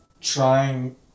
trying